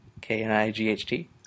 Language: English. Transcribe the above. K-N-I-G-H-T